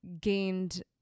gained